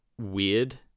weird